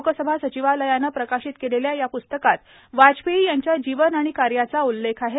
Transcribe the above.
लोकसभा सचिवालयानं प्रकाशित केलेल्या या प्स्तकात वाजपेयी यांच्या जीवन आणि कार्याचा उल्लेख आहे